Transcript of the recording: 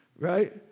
Right